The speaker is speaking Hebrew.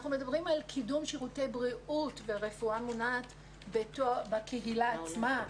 אנחנו מדברים על קידום שירותי בריאות ורפואה מונעת בקהילה עצמה.